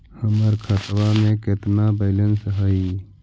हमर खतबा में केतना बैलेंस हई?